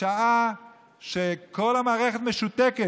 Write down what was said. בשעה שכל המערכת משותקת.